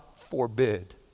forbid